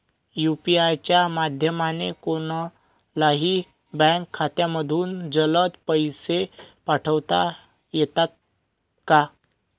UPI च्या माध्यमाने कोणलाही बँक खात्यामधून जलद पैसे पाठवता येतात का?